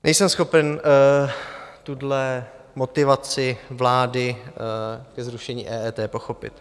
Nejsem schopen tuhle motivaci vlády ke zrušení EET pochopit.